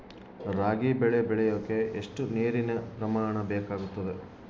ರಾಗಿ ಬೆಳೆ ಬೆಳೆಯೋಕೆ ಎಷ್ಟು ನೇರಿನ ಪ್ರಮಾಣ ಬೇಕಾಗುತ್ತದೆ?